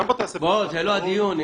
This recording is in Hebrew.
זה לא הדיון.